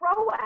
proactive